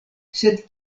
sed